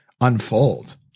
unfold